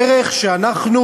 דרך שאנחנו